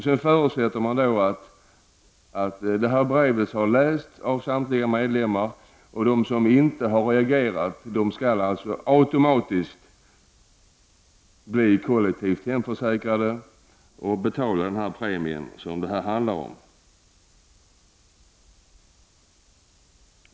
Det förutsätts också att detta brev har lästs av samtliga medlemmar och att de som inte har reagerat skall bli kollektivt automatiskt försäkrade och betala premien för hemförsäkringen.